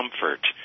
comfort